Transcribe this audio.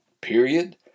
period